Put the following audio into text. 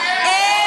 מצוין.